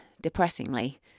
depressingly